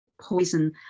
poison